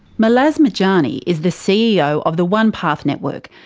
malaz majanni is the ceo of the onepath network,